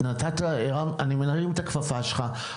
אני מרים את הכפפה שלך,